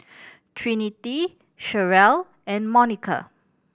Trinity Cherelle and Monica